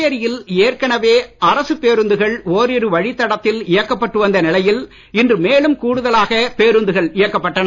புதுச்சேரியில் எற்கனவே அரசு பேருந்துகள் ஓரிரு வழித் தடத்தில் இயக்கப்பட்டு வந்த நிலையில் இன்று மேலும் கூடுதலாக பேருந்துகள் இயக்கப்பட்டன